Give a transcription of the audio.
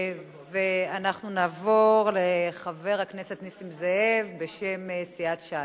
אנחנו נעבור לחבר הכנסת נסים זאב, בשם סיעת ש"ס.